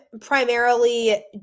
primarily